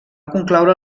concloure